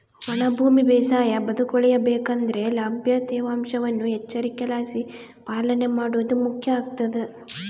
ಒಣ ಭೂಮಿ ಬೇಸಾಯ ಬದುಕುಳಿಯ ಬೇಕಂದ್ರೆ ಲಭ್ಯ ತೇವಾಂಶವನ್ನು ಎಚ್ಚರಿಕೆಲಾಸಿ ಪಾಲನೆ ಮಾಡೋದು ಮುಖ್ಯ ಆಗ್ತದ